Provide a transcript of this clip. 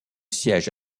siège